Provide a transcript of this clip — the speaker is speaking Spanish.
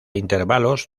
intervalos